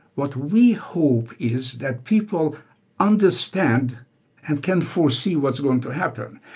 what we hope is that people understand and can foresee what's going to happen.